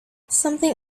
something